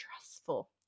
stressful